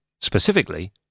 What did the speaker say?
Specifically